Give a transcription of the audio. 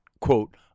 quote